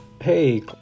Hey